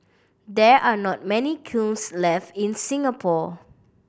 there are not many kilns left in Singapore